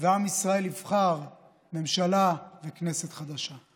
ועם ישראל יבחר ממשלה וכנסת חדשה.